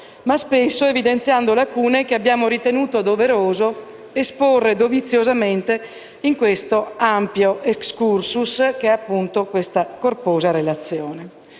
ma spesso evidenziando lacune, che abbiamo ritenuto doveroso esporre doviziosamente in questo ampio *excursus* contenuto nella corposa relazione,